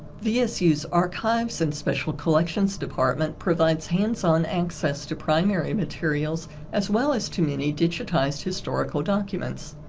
vsu's archives and special collections department provides hands-on access to primary materials as well as to many digitized historical documents.